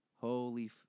Holy